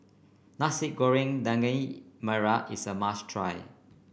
Nasi Goreng Daging Merah is a must try